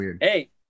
hey